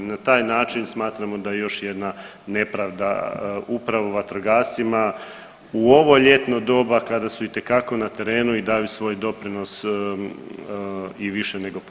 Na taj način smatramo da još jedna nepravda upravo vatrogascima u ovo ljetno doba kada su itekako na terenu i daju svoj doprinos i više nego pozitivan.